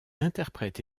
interprète